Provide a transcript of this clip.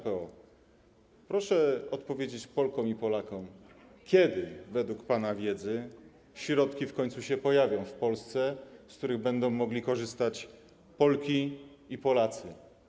Proszę odpowiedzieć Polkom i Polakom, kiedy według pana wiedzy środki w końcu pojawią się w Polsce, z których będą mogli korzystać Polki i Polacy.